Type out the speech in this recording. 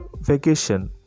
vacation